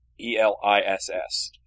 E-L-I-S-S